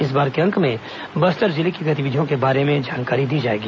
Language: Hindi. इस बार के अंक में बस्तर जिले की गतिविधियों के बारे में जानकारी दी जाएगी